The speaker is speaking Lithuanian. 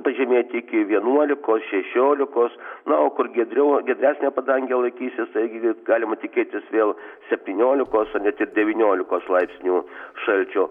pažemėti iki vienuolikos šešiolikos na o kur giedriau giedresnė padangė laikysis taigi galima tikėtis vėl septyniolikos net ir devyniolikos laipsnių šalčio